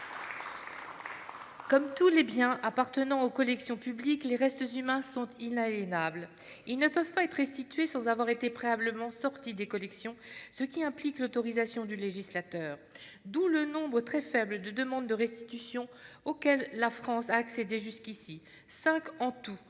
Comme tous les biens appartenant aux collections publiques, les restes humains sont inaliénables. Ils ne peuvent pas être restitués sans avoir été préalablement sortis des collections, ce qui implique l'autorisation du législateur. D'où le nombre très faible de demandes de restitution auxquelles la France a accédé jusqu'ici : cinq en tout,